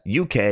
UK